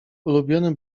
ulubiony